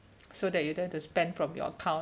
so that you don't have to spend from your account